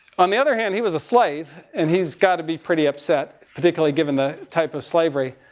on the other hand he was a slave and he's got to be pretty upset, particularly given the type of slavery.